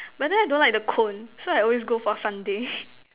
but then I don't like the cone so I always go for sundae